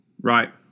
Right